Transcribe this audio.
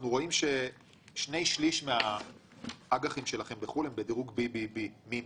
אנחנו רואים ששני שליש מהאג"חים שלכם בחו"ל הם בדירוג BBB מינוס.